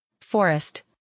forest